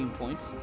points